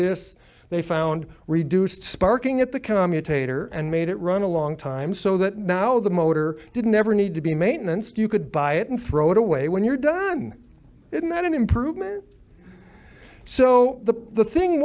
this they found reduced sparking at the commutator and made it run a long time so that now the motor didn't ever need to be maintenance you could buy it and throw it away when you're done in that improvement so the the thing